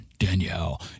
Danielle